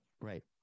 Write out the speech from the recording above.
right